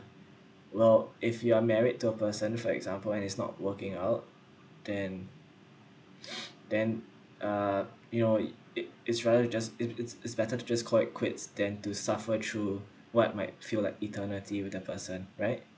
well if you're married to a person for example and it's not working out then then uh you know It it is rather to just if it's it's better to just call it quits than to suffer through what might feel like eternity with the person right